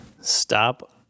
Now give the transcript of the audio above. Stop